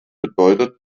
bedeutet